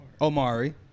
Omari